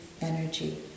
energy